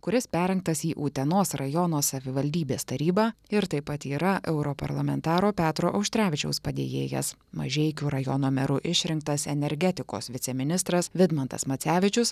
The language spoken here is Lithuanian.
kuris perrinktas į utenos rajono savivaldybės tarybą ir taip pat yra europarlamentaro petro auštrevičiaus padėjėjas mažeikių rajono meru išrinktas energetikos viceministras vidmantas macevičius